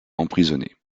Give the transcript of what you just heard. emprisonné